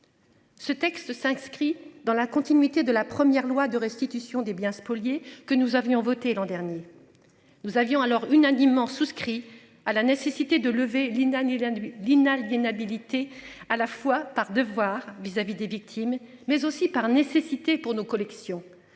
Ce texte s'inscrit dans la continuité de la première loi de restitution des biens spoliés que nous avions votée l'an dernier. Nous avions alors unanimement souscrit à la nécessité de lever Linda ni un l'inaliénabilité à la fois par devoir vis-à-vis des victimes, mais aussi par nécessité pour nos collections